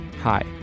Hi